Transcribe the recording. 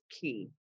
key